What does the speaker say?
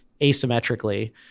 asymmetrically